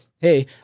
Hey